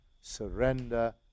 surrender